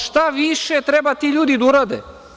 Šta više treba ti ljudi da urade?